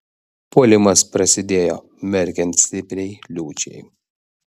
puolimas prasidėjo merkiant stipriai liūčiai